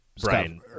Brian